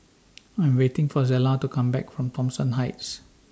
I'm waiting For Zella to Come Back from Thomson Heights